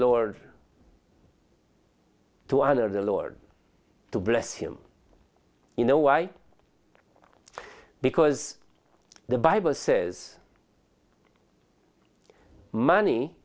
lord to honor the lord to bless him you know why because the bible says money